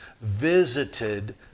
visited